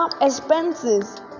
expenses